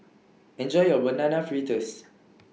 Enjoy your Banana Fritters